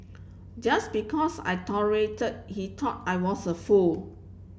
just because I tolerated he thought I was a fool